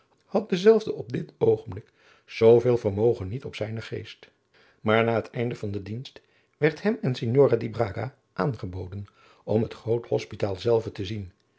had dezelve op dit oogenblik zooveel vermogen niet adriaan loosjes pzn het leven van maurits lijnslager op zijnen geest maar na het einde van dienst werd hem en signora di braga aangeboden om het groot hospitaal zelve te zien